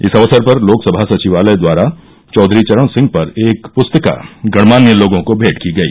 इस अवसर पर लोकसभा सचिवालय द्वारा चौधरी चरण सिंह पर एक प्रस्तिका गणमान्य लोगों को भेंट की गई